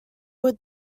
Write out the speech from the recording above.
would